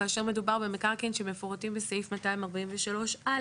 כאשר מדובר במקרקעין שמפורטים בסעיף 243(א),